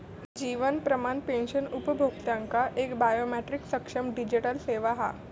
जीवन प्रमाण पेंशन उपभोक्त्यांका एक बायोमेट्रीक सक्षम डिजीटल सेवा हा